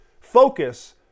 focus